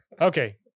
Okay